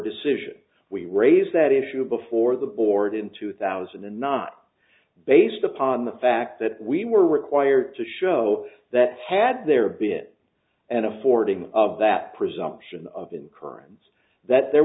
decision we raised that issue before the board in two thousand and not based upon the fact that we were required to show that had there been it and affording of that presumption of in currents that there